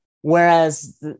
Whereas